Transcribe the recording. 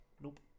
Nope